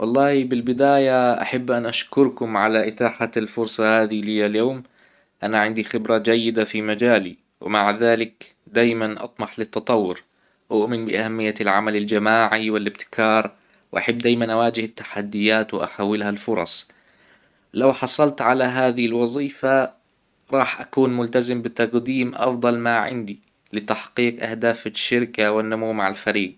والله بالبداية احب ان اشكركم على اتاحة الفرصة هذي لي اليوم انا عندي خبرة جيدة في مجالي ومع ذلك دايما اطمح للتطور اؤمن باهمية العمل الجماعي والإبتكار واحب دايما اواجه التحديات واحولها لفرص لو حصلت على هذه الوظيف راح اكون ملتزم بتقديم افضل ما عندي لتحقيق اهداف الشركة والنمو مع الفريق.